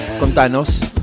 Contanos